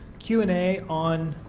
q and a on